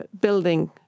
building